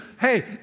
Hey